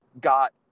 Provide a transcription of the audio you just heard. Got